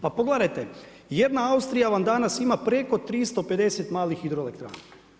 Pa pogledajte, jedna Austrija vam danas ima preko 350 malih hidroelektrana.